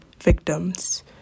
victims